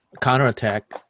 counterattack